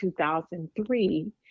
2003